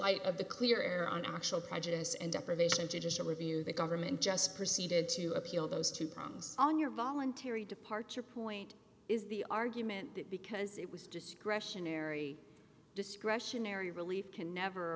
light of the clear air on actual prejudice and deprivation judicial review the government just proceeded to appeal those two prongs on your voluntary departure point is the argument that because it was discretionary discretionary relief can never